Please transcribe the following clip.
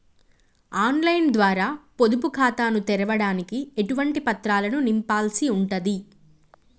On line ద్వారా పొదుపు ఖాతాను తెరవడానికి ఎటువంటి పత్రాలను నింపాల్సి ఉంటది?